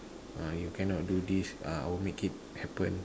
uh you cannot do this uh I will make it happen